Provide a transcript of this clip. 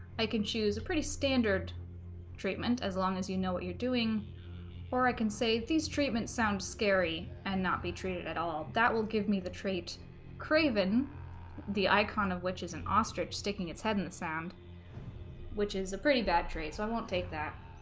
i can choose a pretty standard treatment as long as you know what you're doing or i can say these treatment sounds scary and not be treated at all that will give me the trait kraven the icon of which is an ostrich sticking its head in the sand which is a pretty bad trait so i won't take that